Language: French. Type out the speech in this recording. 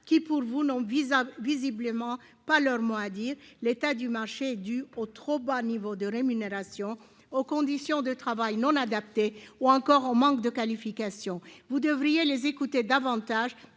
qui, pour vous, non, visiblement pas leur mot à dire l'état du marché du haut trop bas niveaux de rémunération aux conditions de travail non adaptés ou encore en manque de qualification, vous devriez aller écouter davantage